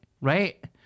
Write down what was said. right